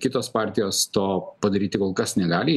kitos partijos to padaryti kol kas negali